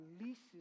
releases